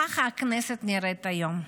ככה הכנסת נראית היום.